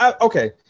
okay